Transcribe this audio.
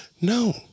No